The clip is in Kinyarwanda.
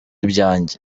ibyanjye